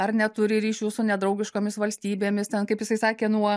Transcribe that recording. ar neturi ryšių su nedraugiškomis valstybėmis ten kaip jisai sakė nuo